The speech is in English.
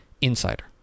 insider